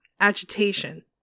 Agitation